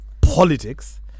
politics